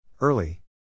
Early